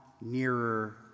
nearer